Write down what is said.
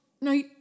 no